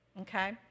Okay